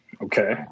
Okay